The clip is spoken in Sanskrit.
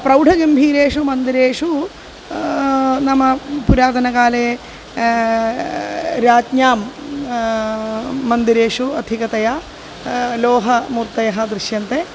प्रौढगम्भीरेषु मन्दिरेषु नाम पुरातनकाले राज्ञां मन्दिरेषु अधिकतया लोहमूर्तयः दृश्यन्ते